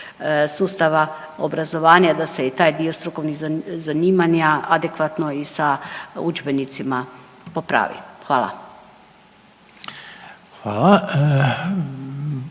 sustava obrazovanja da se i taj dio strukovnih zanimanja adekvatno i sa udžbenicima popravi. Hvala.